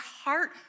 heart